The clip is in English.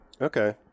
Okay